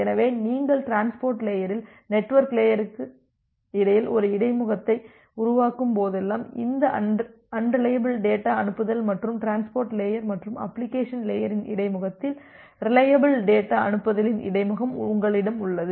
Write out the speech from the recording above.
எனவே நீங்கள் டிரான்ஸ்போர்ட் லேயரில் நெட்வொர்க் லேயருக்கு இடையில் ஒரு இடைமுகத்தை உருவாக்கும் போதெல்லாம் இந்த அன்ரிலையபில் டேட்டா அனுப்புதல் மற்றும் டிரான்ஸ்போர்ட் லேயர் மற்றும் அப்ளிகேஷன் லேயரின் இடைமுகத்தில் ரிலையபில் டேட்டா அனுப்புதலின் இடைமுகம் உங்களிடம் உள்ளது